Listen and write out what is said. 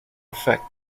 affect